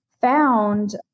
found